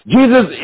Jesus